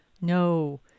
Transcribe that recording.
No